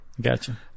Gotcha